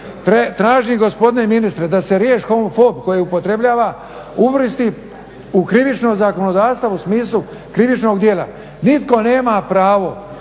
tražim gospodine ministre da riječ homofob koji upotrebljava uvrsti u krivično zakonodavstvo u smislu krivičnog djela. Nitko nema pravo,